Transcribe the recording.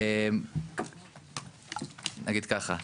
נגיד ככה,